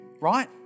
right